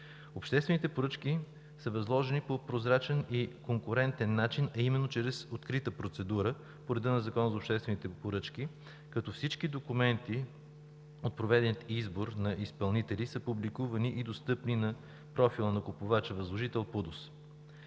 Обществените поръчки са възложени по прозрачен и конкурентен начин, а именно чрез открита процедура по реда на Закона за обществените поръчки, като всички документи от проведения избор на изпълнители са публикувани и достъпни на профила на купувача възложител ПУДООС.